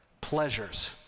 Pleasures